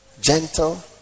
gentle